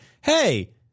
hey –